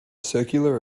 circular